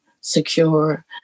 secure